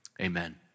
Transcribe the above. amen